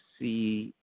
see